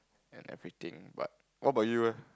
and everything but what about you eh